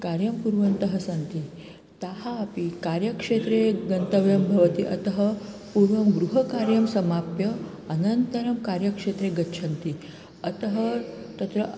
कार्यं कुर्वन्तः सन्ति ताः अपि कार्यक्षेत्रं गन्तव्यं भवति अतः पूर्वं गृहकार्यं समाप्य अनन्तरं कार्यक्षेत्रं गच्छन्ति अतः तत्र